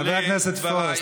חבר הכנסת פורר.